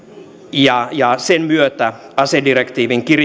ja ja niiden myötä asedirektiivin